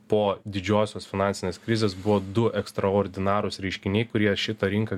po didžiosios finansinės krizės buvo du ekstraordinarūs reiškiniai kurie šitą rinką